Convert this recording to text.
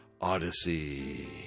Odyssey